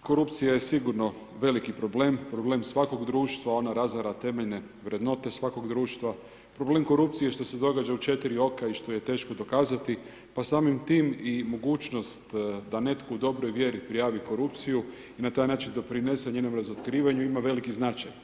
korupcija je sigurno veliki problem, problem svakog društva ona razara temeljne vrednote svakog društva, problem korupcije što se događa u četiri oka i što ju je teško dokazati pa samim tim i mogućnost da netko u dobroj vjeri prijavi korupciju i na taj način doprinese njenom razotkrivanju ima veliki značaj.